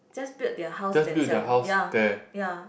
just built their house themselves ya ya